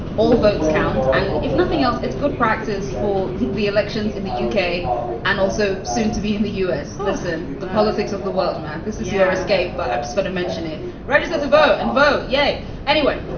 all votes count. and if nothing else, it's good proxies for the elections in the yeah uk and also soon to be in the us listen, the politics of the world, man. this is your escape. but i've just got to mentionedthe registered to vote and vote yay anyway.